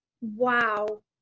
Wow